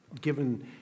given